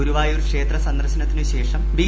ഗുരുവായൂർ ക്ഷേത്രസന്ദർശനത്തിനുശ്രേഷം ബി